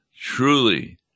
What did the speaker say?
truly